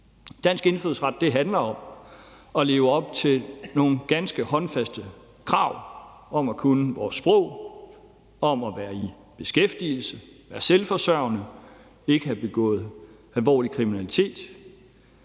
Dansk indfødsret handler om at leve op til nogle ganske håndfaste krav om at kunne vores sprog, at være i beskæftigelse, at være selvforsørgende, ikke at have begået alvorlig kriminalitet